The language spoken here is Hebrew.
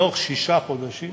בתוך שישה חודשים